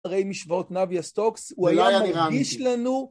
אחרי משוות נביה סטוקס, הוא הוא לא היה ניראה אמין היה הרגיש לנו